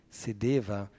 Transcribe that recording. sedeva